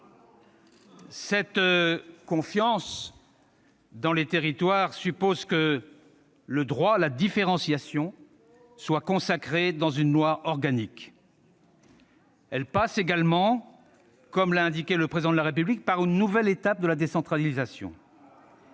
Cette confiance dans les territoires suppose que le droit à la différenciation soit consacré dans une loi organique. Elle passe également, comme l'a indiqué le Président de la République, par une nouvelle étape de la décentralisation.